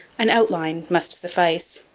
an outline must suffice.